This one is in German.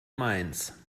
mainz